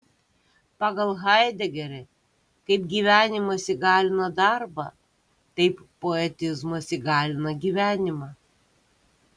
pagal haidegerį kaip gyvenimas įgalina darbą taip poetizmas įgalina gyvenimą